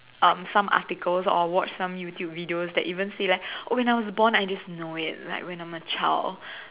um some articles or watch some YouTube videos that even say that like oh when I was born I just know it like when I'm a child